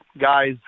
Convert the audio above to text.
guys